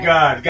God